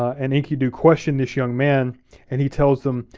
and enkidu questioned this young man and he tells him,